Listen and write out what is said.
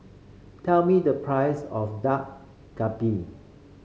tell me the price of Dak Galbi